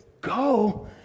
Go